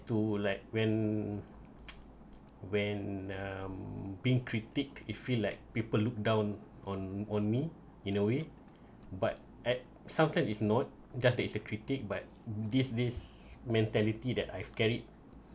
to like when when um being critic it feel like people look down on on me in a way but at sometimes is not doesn't isn't critic but this this mentality that I scared